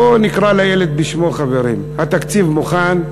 בואו נקרא לילד בשמו, חברים, התקציב מוכן,